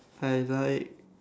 I like